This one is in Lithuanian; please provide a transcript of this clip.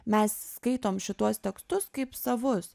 mes skaitom šituos tekstus kaip savus